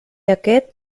aquest